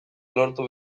lortu